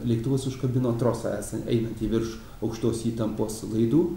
lėktuvas užkabino trosą esa einantį virš aukštos įtampos laidų